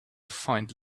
find